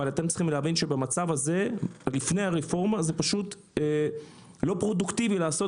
אבל אתם צריכים להבין שבמצב הזה לפני הרפורמה זה לא פרודוקטיבי לעשות